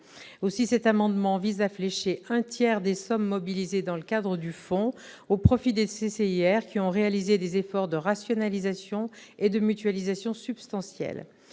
lors, cet amendement vise à flécher un tiers des sommes mobilisées dans le cadre du fonds au profit des CCIR qui ont réalisé des efforts de rationalisation et de mutualisation substantiels.